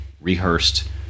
rehearsed